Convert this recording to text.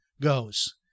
goes